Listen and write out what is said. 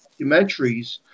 documentaries